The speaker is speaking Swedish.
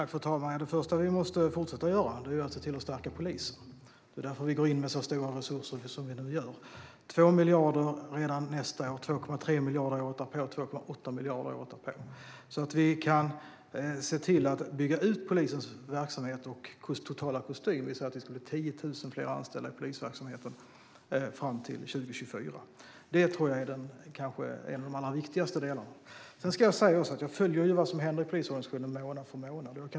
Fru talman! Det första vi måste fortsätta att göra är att se till att stärka polisen. Det är därför regeringen går in med så stora resurser som vi nu gör: 2 miljarder redan nästa år, 2,3 miljarder året därpå och 2,8 miljarder året därefter. Så kan vi se till att bygga ut polisens verksamhet och totala kostym. Vi säger att det ska bli 10 000 fler anställda i polisverksamheten fram till 2024. Detta tror jag är en av de viktigaste delarna. Jag följer vad som händer i polisorganisationen månad för månad.